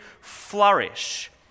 flourish